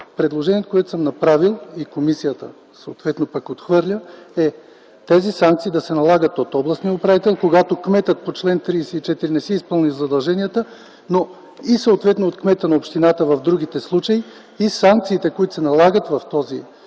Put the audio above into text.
Предложението, което съм направил и комисията съответно отхвърля, е тези санкции да се налагат от областния управител, когато кметът по чл. 34 не си изпълнява задълженията и съответно от кмета на общината в другите случаи и санкциите, които се налагат в тези случаи